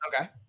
okay